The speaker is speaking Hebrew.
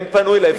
והם פנו אלי,